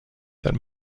that